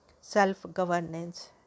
self-governance